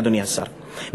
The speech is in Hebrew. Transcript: אדוני השר,